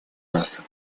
нас